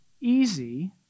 easy